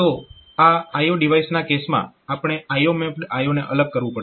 તો આ IO ડિવાઇસના કેસમાં આપણે IO મેપ્ડ IO ને અલગ કરવું પડશે